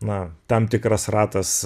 na tam tikras ratas